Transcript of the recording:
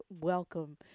welcome